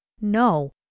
No